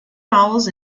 novels